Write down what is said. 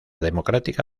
democrática